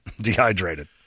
Dehydrated